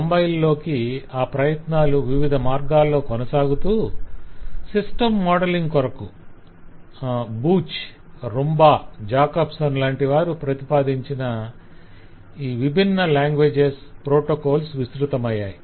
90ల్లోకి ఆ ప్రయత్నాలు వివిధ మార్గాల్లో కొనసాగుతూ సిస్టం మోడలింగ్ కొరకు - బూచ్ రుమ్బా జాకబ్సన్ లాంటి వారు ప్రతిపాదించిన విభిన్న లాంగ్వేజ్స్ ప్రోటోకాల్స్ విస్తృతమయ్యాయి